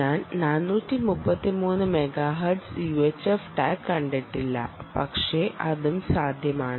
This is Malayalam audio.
ഞാൻ 433 മെഗാഹെർട്സ് യുഎച്ച്എഫ് ടാഗ് കണ്ടിട്ടില്ല പക്ഷേ അതും സാധ്യമാണ്